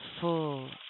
full